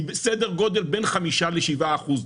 היא בסדר גודל בין 5 ל-7 אחוז,